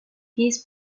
his